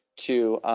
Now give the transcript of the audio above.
to